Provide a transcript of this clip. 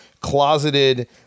closeted